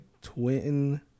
twin